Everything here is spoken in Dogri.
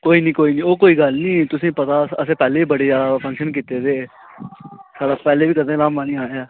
कोई निं कोई निं ओह् कोई गल्ल निं असेंगी पता असें पैह्लें बी बड़े जादा फंक्शन कीते दे साढ़े पैह्लें बी कदें धामां गी निं आया ऐ